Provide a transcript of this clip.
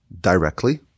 directly